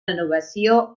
renovació